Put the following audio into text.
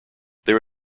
there